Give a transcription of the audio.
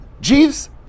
Jeeves